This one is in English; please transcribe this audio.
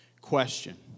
question